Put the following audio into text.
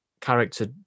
character